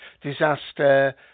disaster